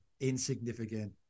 insignificant